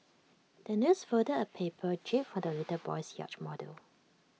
the nurse folded A paper jib for the little boy's yacht model